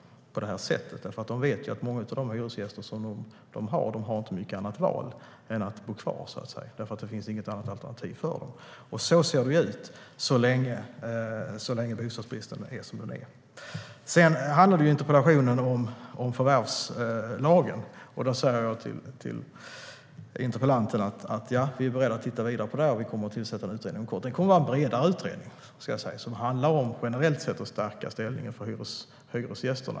De vet att många av deras hyresgäster inte har något annat val än att bo kvar eftersom det inte finns något annat alternativ för dem. Så ser det ut så länge bostadsbristen är som den är. Interpellationen handlar om förvärvslagen. Jag säger då till interpellanten att vi är beredda att titta vidare på den frågan, och vi kommer att tillsätta en utredning inom kort. Det kommer att vara en bredare utredning som handlar om att generellt sett stärka hyresgästernas ställning.